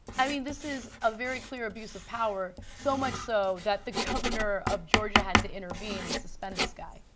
i mean this is a very clear abuse of power. so much so that the governor of georgia had to intervene and suspend this guy.